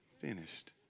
finished